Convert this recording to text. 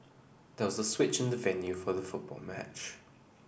there was a switch in the venue for the football match